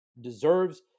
deserves